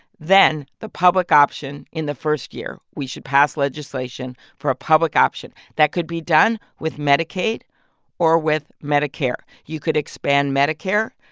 then the public option in the first year. we should pass legislation for a public option that could be done with medicaid or with medicare. you could expand medicare,